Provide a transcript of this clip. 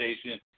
station